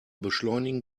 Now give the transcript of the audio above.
beschleunigen